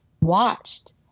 watched